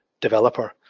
developer